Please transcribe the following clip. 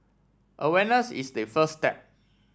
awareness is the first step